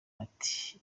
ati